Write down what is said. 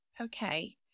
Okay